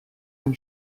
une